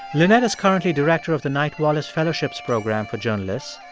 lynette is currently director of the knight-wallace fellowships program for journalists.